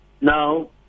Now